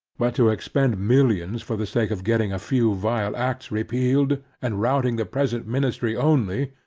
but to expend millions for the sake of getting a few vile acts repealed, and routing the present ministry only,